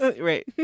Right